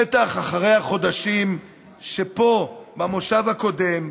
בטח אחרי החודשים שפה, במושב הקודם,